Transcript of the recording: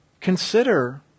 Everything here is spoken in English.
consider